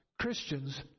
Christians